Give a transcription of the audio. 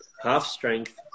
half-strength